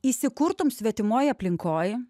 įsikurtum svetimoj aplinkoj